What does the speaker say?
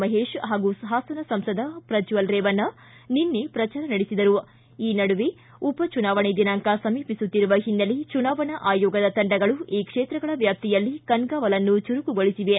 ಮಹೇಶ್ ಪಾಗೂ ಪಾಸನ ಸಂಸದ ಪ್ರಜ್ವಲ್ ರೇವಣ್ಣ ನಿನ್ನೆ ಪ್ರಜಾರ ನಡೆಸಿದರು ಈ ನಡುವೆ ಉಪಚುನಾವಣೆ ದಿನಾಂಕ ಸಮೀಪಿಸುತ್ತಿರುವ ಹಿನ್ನೆಲೆ ಚುನಾವಣಾ ಆಯೋಗದ ತಂಡಗಳು ಈ ಕ್ಷೇತ್ರಗಳ ವ್ಹಾಪ್ತಿಯಲ್ಲಿ ಕಣ್ಗಾವಲನ್ನು ಚುರುಕುಗೊಳಿಸಿವೆ